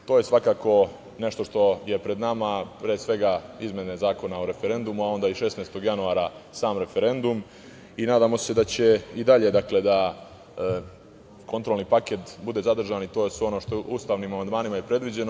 To je svakako nešto što je pred nama, pre svega izmene Zakona o referendumu, a onda i 16. januara sam referendum i nadamo se da će i dalje da kontrolni paket bude zadržan i to je ono što je ustavnim amandmanima i predviđeno.